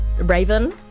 raven